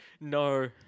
no